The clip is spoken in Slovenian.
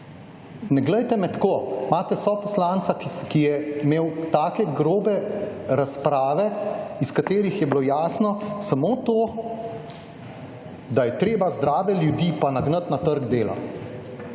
Ne glejte me tako. Imate soposlanca, ki je imel take grobe razprave, iz katerih je bilo jasno samo to, da je treba zdrave ljudi pa nagnati na trg dela.